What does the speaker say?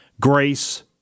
Grace